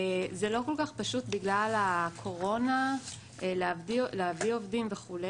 זה לא כל כך פשוט בגלל הקורונה להביא עובדים וכו'